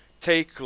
take